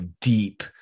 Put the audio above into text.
deep